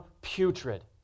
putrid